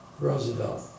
Roosevelt